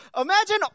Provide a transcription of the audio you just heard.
Imagine